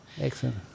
Excellent